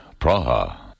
Praha